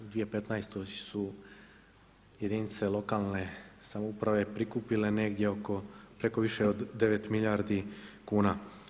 U 2015. su jedinice lokalne samouprave prikupile negdje oko, preko više od 9 milijardi kuna.